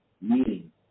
meeting